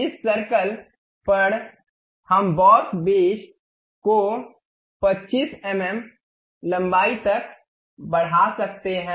इस सर्कल पर हम बॉस बेस को 25 एम एम लंबाई तक बढ़ा सकते हैं